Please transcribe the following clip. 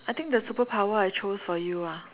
I think the superpower I chose for you ah